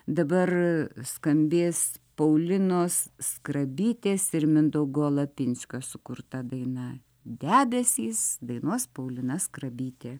dabar skambės paulinos skrabytės ir mindaugo lapinskio sukurta daina debesys dainuos paulina skrabytė